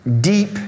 deep